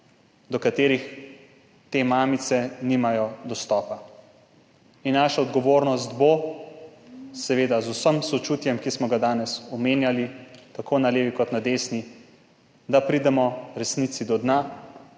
do katerih te mamice nimajo dostopa. Naša odgovornost bo, seveda z vsem sočutjem, ki smo ga danes omenjali tako na levi kot na desni, da pridemo resnici do dna.